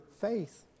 faith